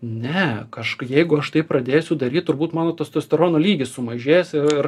ne kažka jeigu aš tai pradėsiu daryti turbūt mano testosterono lygis sumažės ir